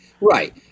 Right